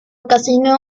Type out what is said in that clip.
ocasionó